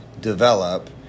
develop